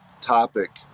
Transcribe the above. topic